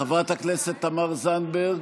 חברת הכנסת תמר זנדברג,